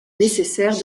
nécessaire